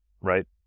right